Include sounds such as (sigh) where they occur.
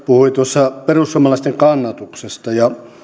(unintelligible) puhui tuossa perussuomalaisten kannatuksesta